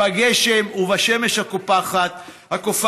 בגשם ובשמש הקופחת,